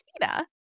Tina